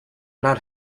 not